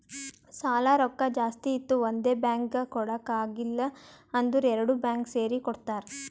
ಸಾಲಾ ರೊಕ್ಕಾ ಜಾಸ್ತಿ ಇತ್ತು ಒಂದೇ ಬ್ಯಾಂಕ್ಗ್ ಕೊಡಾಕ್ ಆಗಿಲ್ಲಾ ಅಂದುರ್ ಎರಡು ಬ್ಯಾಂಕ್ ಸೇರಿ ಕೊಡ್ತಾರ